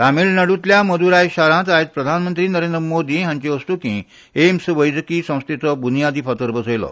तामीळनाड्तल्या मद्राय शारांत आयज प्रधानमंत्री नरेंद्र मोदी हांचे हस्तुकी ऐम्स वैजकी संस्थेचो बुनयादी फातर बसयलो